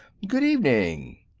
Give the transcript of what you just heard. good evening!